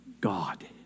God